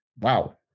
wow